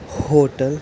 hotel